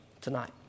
tonight